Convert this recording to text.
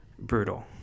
Brutal